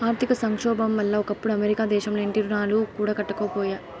ఆర్థిక సంక్షోబం వల్ల ఒకప్పుడు అమెరికా దేశంల ఇంటి రుణాలు కూడా కట్టకపాయే